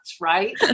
right